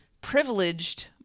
privileged